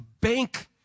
bank